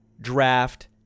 draft